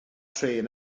trên